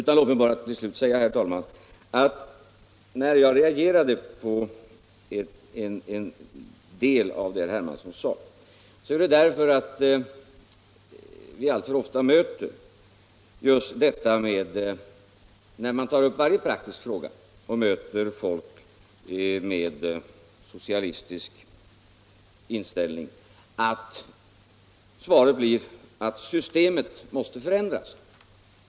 Jag vill bara säga att när jag reagerade mot en del av herr Hermanssons anförande, så gjorde jag det därför att man alltför ofta, när man tar upp praktiska frågor, från människor med socialistisk inställning möts av påståendet att systemet i grunden måste förändras.